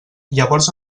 llavors